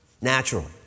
Naturally